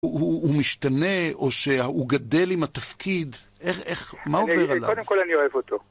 הוא משתנה, או שהוא גדל עם התפקיד? איך, איך.. מה עובר עליו? קודם כל אני אוהב אותו.